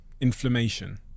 Inflammation